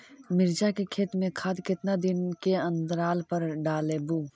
मिरचा के खेत मे खाद कितना दीन के अनतराल पर डालेबु?